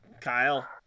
kyle